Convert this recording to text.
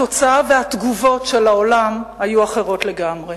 התוצאה והתגובות של העולם היו אחרות לגמרי.